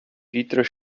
peter